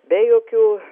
be jokių